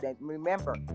Remember